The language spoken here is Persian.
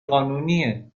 قانونیه